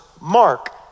Mark